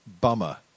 bummer